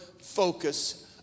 focus